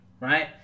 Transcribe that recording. right